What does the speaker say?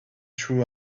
true